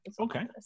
okay